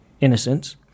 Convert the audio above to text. innocence